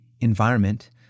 environment –